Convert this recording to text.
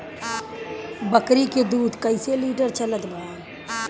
बकरी के दूध कइसे लिटर चलत बा?